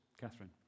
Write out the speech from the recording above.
Catherine